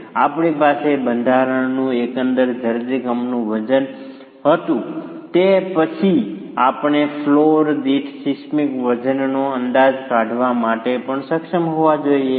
અમારી પાસે બંધારણનું એકંદર ધરતીકંપનું વજન હતું પરંતુ તે પછી આપણે ફ્લોર દીઠ સિસ્મિક વજનનો અંદાજ કાઢવા માટે પણ સક્ષમ હોવા જોઈએ